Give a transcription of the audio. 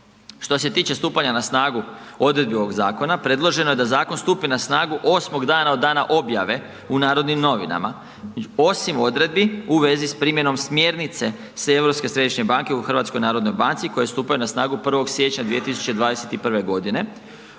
Što se tiče stupanja na snagu odredbi ovog zakona, predloženo je da zakon stupi na snagu 8 dana od dana objave u Narodnim novinama osim odredbi u vezi s primjenom smjernice Europske središnje banke u HNB-u koje stupaju na snagu 1. siječnja 2021. g.,